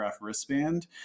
wristband